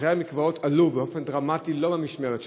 המחירים במקוואות עלו באופן דרמטי, לא במשמרת שלך,